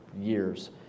years